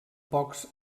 pocs